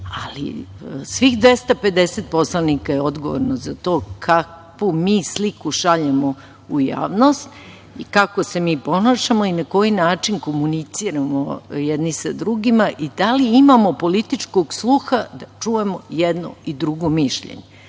ali svih 250 poslanika je odgovorno za to kakvu mi sliku šaljemo u javnost, kako se mi ponašamo i na koji način komuniciramo jedni sa drugima i da li imamo političkog sluha da čujemo jedno i drugo mišljenje,